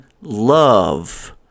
love